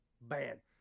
Bad